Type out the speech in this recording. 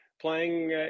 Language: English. playing